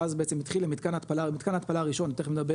שאז בעצם התחיל עם מתקן ההתפלה במתקן ההתפלה הראשון תיכף נדבר